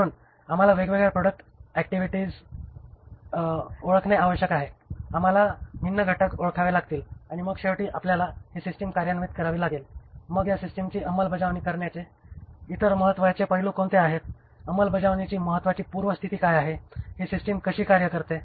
म्हणून आम्हाला वेगवेगळ्या प्रॉडक्ट ऍक्टिव्हिटीज ओळखणे आवश्यक आहे आम्हाला भिन्न घटक ओळखावे लागतील आणि मग शेवटी आपल्याला ही सिस्टिम कार्यान्वित करावी लागेल मग या सिस्टिमची अंमलबजावणी करण्याचे इतर महत्त्वाचे पैलू कोणते आहेत अंमलबजावणीची महत्त्वाची पूर्वस्थिती काय आहे ही सिस्टिम कशी कार्य करते